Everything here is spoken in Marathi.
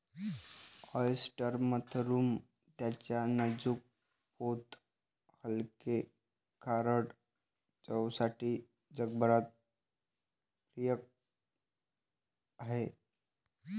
ऑयस्टर मशरूम त्याच्या नाजूक पोत हलके, खारट चवसाठी जगभरात प्रिय आहे